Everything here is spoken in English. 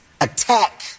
attack